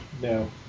No